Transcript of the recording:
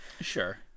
Sure